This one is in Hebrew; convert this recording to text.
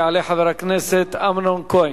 יעלה חבר הכנסת אמנון כהן.